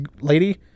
lady